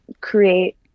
create